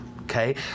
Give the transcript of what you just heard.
Okay